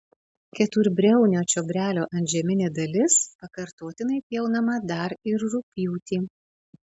keturbriaunio čiobrelio antžeminė dalis pakartotinai pjaunama dar ir rugpjūtį